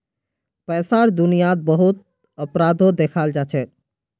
पैसार दुनियात बहुत अपराधो दखाल जाछेक